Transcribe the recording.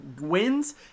wins